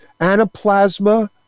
Anaplasma